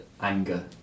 anger